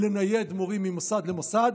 לנייד מורים ממוסד למוסד,